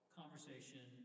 conversation